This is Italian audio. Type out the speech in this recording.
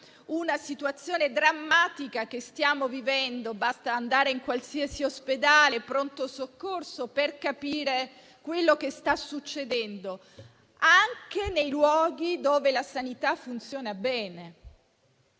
la situazione drammatica che stiamo vivendo. Basta andare in qualsiasi ospedale o pronto soccorso per capire quello che sta succedendo, anche nei luoghi dove la sanità funziona bene.